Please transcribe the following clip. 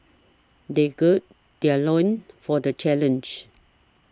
they gird their loins for the challenge